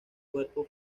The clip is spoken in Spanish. cuerpos